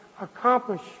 accomplish